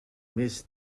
més